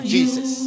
Jesus